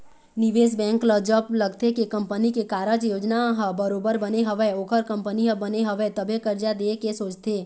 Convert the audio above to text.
निवेश बेंक ल जब लगथे के कंपनी के कारज योजना ह बरोबर बने हवय ओखर कंपनी ह बने हवय तभे करजा देय के सोचथे